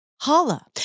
Holla